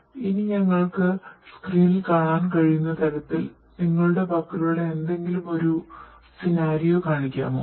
ശരി ഇനി ഞങ്ങൾക്ക് സ്ക്രീനിൽ കാണാൻ കഴിയുന്ന തരത്തിൽ നിങ്ങളുടെ പക്കലുള്ള എന്തെങ്കിലും ഒരു സിനാരിയോ കാണിക്കാമോ